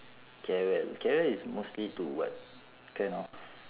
carewell carewell is mostly to what kind of